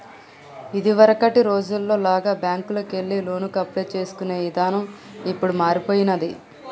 ఇదివరకటి రోజుల్లో లాగా బ్యేంకుకెళ్లి లోనుకి అప్లై చేసుకునే ఇదానం ఇప్పుడు మారిపొయ్యినాది